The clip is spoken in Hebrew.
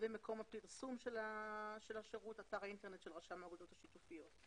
מקום הפרסום הוא באתר האינטרנט של רשם האגודות השיתופיות.